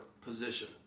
position